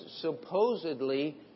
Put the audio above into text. supposedly